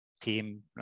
team